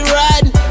riding